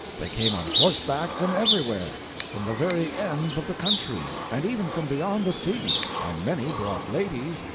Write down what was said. they came on horseback from everywhere from the very ends of the country, and even from beyond the sea and many brought ladies,